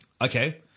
Okay